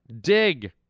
Dig